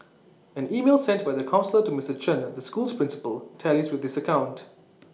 an email sent by the counsellor to Mister Chen the school's principal tallies with this account